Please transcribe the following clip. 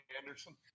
Anderson